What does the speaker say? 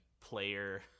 player